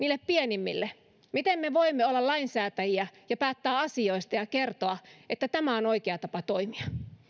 pienimmille miten me voimme olla lainsäätäjiä ja päättää asioista ja ja kertoa että tämä on oikea tapa toimia